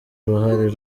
uruhare